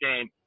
game